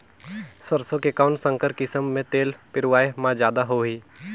सरसो के कौन संकर किसम मे तेल पेरावाय म जादा होही?